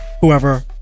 whoever